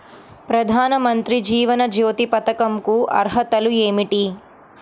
ప్రధాన మంత్రి జీవన జ్యోతి పథకంకు అర్హతలు ఏమిటి?